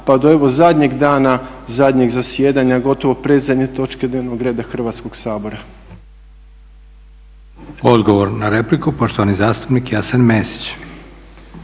pa do evo zadnjeg dana zadnjeg zasjedanja, gotovo predzadnje točke dnevnog reda Hrvatskog sabora. **Leko, Josip (SDP)** Odgovor na repliku, poštovani zastupnik Jasen Mesić.